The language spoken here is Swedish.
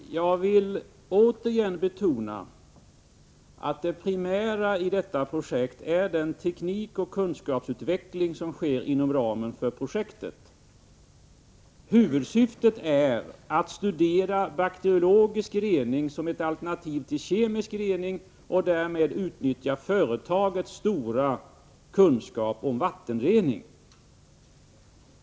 Herr talman! Jag vill återigen betona att det primära i detta projekt är den teknikoch kunskapsutveckling som sker inom ramen för projektet. Huvudsyftet är att studera bakteriologisk rening som ett alternativ till kemisk rening och därvid utnyttja företagets stora kunskaper om vattenrening.